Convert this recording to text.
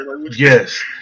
Yes